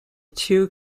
two